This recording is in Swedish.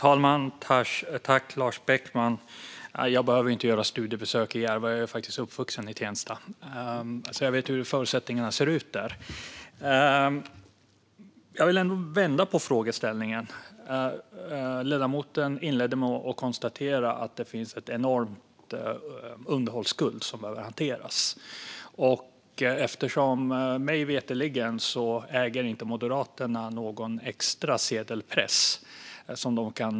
Fru talman! Jag behöver inte göra studiebesök i Järva. Jag är faktiskt uppvuxen i Tensta, så jag vet hur förutsättningarna ser ut där. Jag vill vända på frågeställningen. Ledamoten inledde med att konstatera att det finns en enorm underhållsskuld som behöver hanteras. Mig veterligen äger inte Moderaterna någon extra sedelpress.